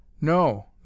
no